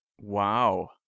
wow